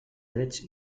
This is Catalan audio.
drets